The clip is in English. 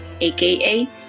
aka